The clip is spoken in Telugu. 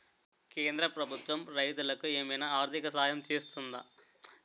కేంద్ర ప్రభుత్వం రైతులకు ఏమైనా ఆర్థిక సాయం చేస్తుందా?